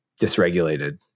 dysregulated